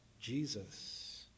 Jesus